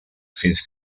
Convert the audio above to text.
fins